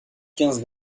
quinze